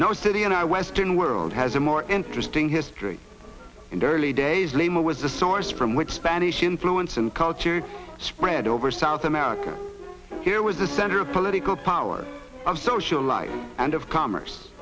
no city in our western world has a more interesting history in the early days leymah was the source from which spanish influence and culture spread over south america here was the center of political power of social life and of commerce